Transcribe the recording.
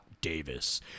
Davis